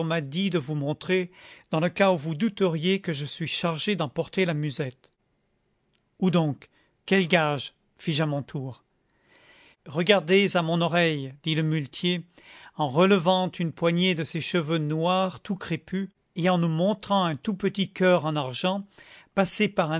m'a dit de vous montrer dans le cas où vous douteriez que je suis chargé d'emporter la musette où donc quel gage fis-je a mon tour regardez à mon oreille dit le muletier en relevant une poignée de ses cheveux noirs tout crépus et en nous montrant un tout petit coeur en argent passé par